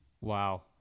Wow